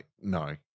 no